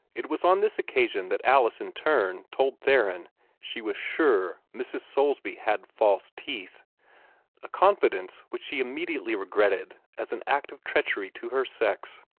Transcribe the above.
it was on this occasion that alice in turn told theron she was sure mrs. soulsby had false teeth a confidence which she immediately regretted as an act of treachery to her sex